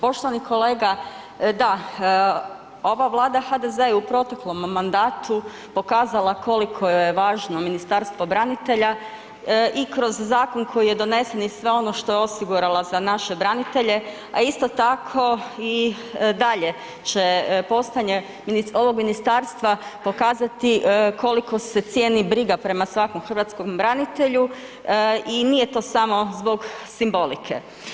Poštovani kolega da, ova Vlada HDZ-a je u proteklom mandatu pokazala koliko joj je važno Ministarstvo branitelja i kroz zakon koji je donesen i sve ono što je osigurala za naše branitelje, a isto tako i dalje će postojanje ovog ministarstva pokazati koliko se cijeni briga prema svakom hrvatskom branitelji i nije to samo zbog simbolike.